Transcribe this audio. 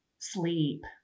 sleep